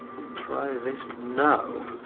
and try this now.